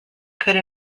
could